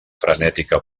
frenètica